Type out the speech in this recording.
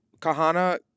Kahana